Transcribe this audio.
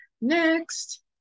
next